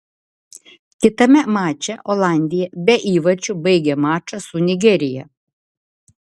kitame mače olandija be įvarčių baigė mačą su nigerija